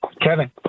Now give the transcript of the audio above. Kevin